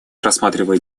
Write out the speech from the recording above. рассматривает